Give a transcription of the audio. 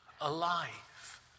alive